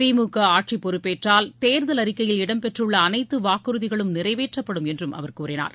திமுக ஆட்சிப் பொறுப்பேற்றால் தேர்தல் அறிக்கையில் இடம்பெற்றுள்ள அனைத்து வாக்குறுதிகளும் நிறைவேற்றப்படும் என்றும் அவர் கூறினார்